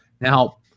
Now